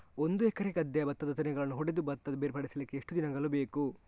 ಒಂದು ಎಕರೆ ಗದ್ದೆಯ ಭತ್ತದ ತೆನೆಗಳನ್ನು ಹೊಡೆದು ಭತ್ತ ಬೇರ್ಪಡಿಸಲಿಕ್ಕೆ ಎಷ್ಟು ದಿನಗಳು ಬೇಕು?